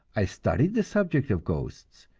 i studied the subject of ghosts.